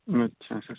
अच्छा सर